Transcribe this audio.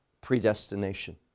predestination